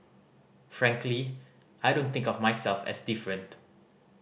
frankly I don't think of myself as different